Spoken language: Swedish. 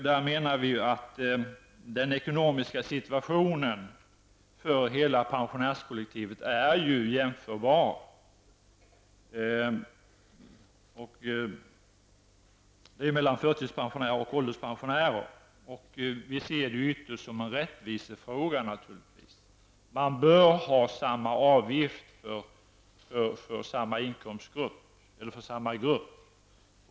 Där menar vi att den ekonomiska situationen för hela pensionärskollektivet, förtidspensionärerna och ålderspensionärerna, är likadan. Vi ser det ytterst som en rättvisefråga att man har samma avgifter för samma grupp.